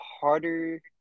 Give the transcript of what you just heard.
harder